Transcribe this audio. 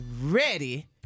Ready